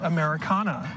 Americana